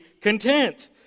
content